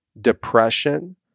depression